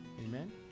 Amen